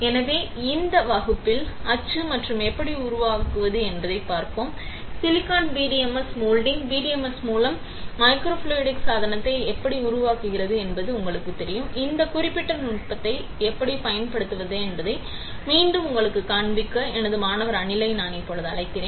எனவே இந்த வகுப்பில் அச்சு மற்றும் எப்படி உருவாக்குவது என்பதைப் பார்ப்போம் சிலிக்கான் பிடிஎம்எஸ் மோல்டிங் பிடிஎம்எஸ் மூலம் மைக்ரோஃப்ளூய்டிக் சாதனத்தை எப்படி உருவாக்குவது என்பது உங்களுக்குத் தெரியும் இந்தக் குறிப்பிட்ட நுட்பத்தை எப்படிப் பயன்படுத்துவது என்பதை மீண்டும் உங்களுக்குக் காண்பிக்க எனது மாணவர் அனிலை நான் இப்போது அழைக்கிறேன்